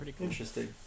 Interesting